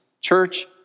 church